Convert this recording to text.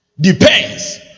depends